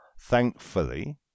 thankfully